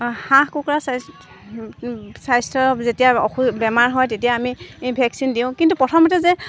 হাঁহ কুকুৰা চা স্বাস্থ্য যেতিয়া বেমাৰ হয় তেতিয়া আমি ভেকচিন দিওঁ কিন্তু প্ৰথমতে যে